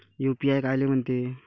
UPI कायले म्हनते?